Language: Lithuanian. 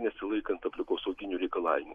nesilaikant aplinkosauginių reikalavimų